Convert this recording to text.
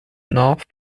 north